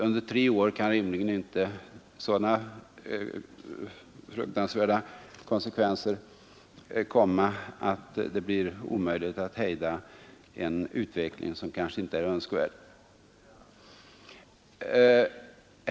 På tre år kan konsekvenserna rimligen inte bli sådana att det blir omöjligt att hejda en utveckling som inte är önskvärd.